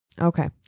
Okay